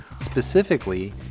Specifically